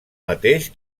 mateix